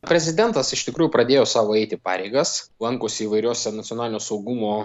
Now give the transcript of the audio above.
prezidentas iš tikrųjų pradėjo savo eiti pareigas lankosi įvairiose nacionalinio saugumo